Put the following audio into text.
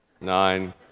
nine